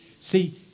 See